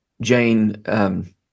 Jane